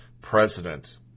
president